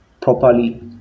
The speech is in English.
properly